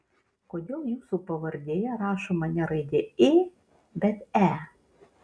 kodėl jūsų pavardėje rašoma ne raidė ė bet e